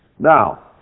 Now